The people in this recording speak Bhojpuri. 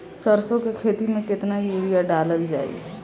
सरसों के खेती में केतना यूरिया डालल जाई?